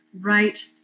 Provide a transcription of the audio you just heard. right